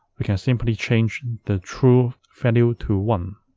we can simply change the true value to one.